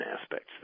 aspects